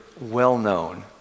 well-known